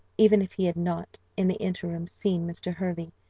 even if he had not, in the interim, seen mr. hervey,